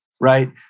right